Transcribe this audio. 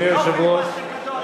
יש פיליבסטרון.